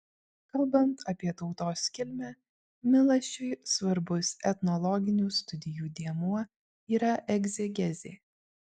kalbant apie tautos kilmę milašiui svarbus etnologinių studijų dėmuo yra egzegezė